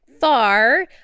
far